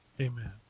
amen